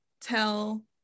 tell